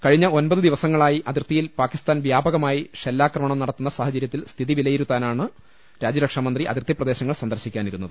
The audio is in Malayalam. കഴിഞ്ഞ ഒൻപതു ദിവസങ്ങളായി അതിർത്തിയിൽ പാകിസ്ഥാൻ വ്യാപകമായി ഷെല്ലാക്രമണം നടത്തുന്ന സാഹചര്യത്തിൽ സ്ഥിതി വില യിരുത്താനാണ് രാജൃരക്ഷാമന്ത്രി അതിർത്തിപ്രദേശങ്ങൾ സന്ദർശിക്കാനിരുന്നത്